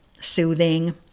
soothing